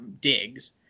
digs